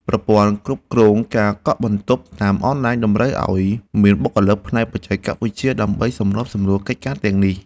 ប្រព័ន្ធគ្រប់គ្រងការកក់បន្ទប់តាមអនឡាញតម្រូវឱ្យមានបុគ្គលិកផ្នែកបច្ចេកវិទ្យា ដើម្បីសម្របសម្រួលកិច្ចការទាំងនេះ។